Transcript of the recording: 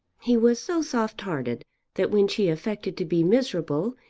he was so soft-hearted that when she affected to be miserable,